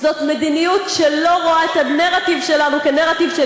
זאת מדיניות שלא רואה את הנרטיב שלנו כנרטיב של